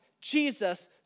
Jesus